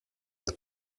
več